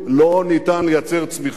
אי-אפשר לייצר צמיחה